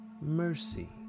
mercy